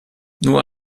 nur